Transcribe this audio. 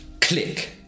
Click